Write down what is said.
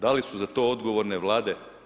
Da li su za to odgovorne vlade?